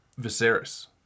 viserys